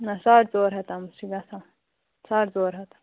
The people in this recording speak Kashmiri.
نَہ ساڈ ژور ہتھ تامتھ چھِ گَژھان ساڈ ژور ہتھ